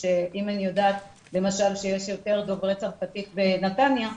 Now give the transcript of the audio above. אם אני יודעת למשל שיש יותר דוברי צרפתית בנתניה,